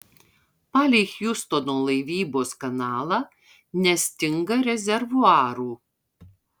palei hjustono laivybos kanalą nestinga rezervuarų